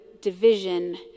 division